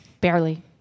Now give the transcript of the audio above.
Barely